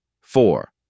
Four